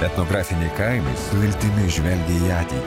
etnografiniai kaimai su viltimi žvelgia į atei